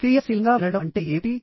క్రియాశీలంగా వినడం అంటే ఏమిటి